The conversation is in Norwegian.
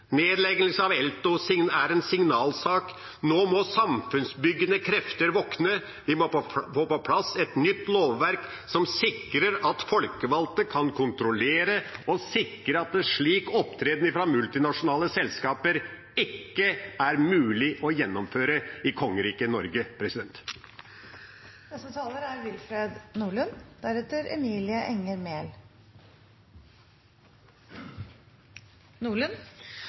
Nedleggelse av ELKO er en signalsak. Nå må samfunnsbyggende krefter våkne. Vi må få på plass et nytt lovverk som sikrer at folkevalgte kan kontrollere og sikre at slik opptreden fra multinasjonale selskaper ikke er mulig å gjennomføre i kongeriket Norge.